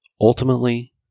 Ultimately